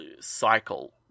cycle